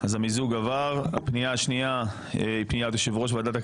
מה שנקרא פרוטקשן בלעז,